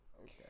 Okay